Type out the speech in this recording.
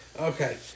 Okay